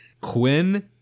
quinn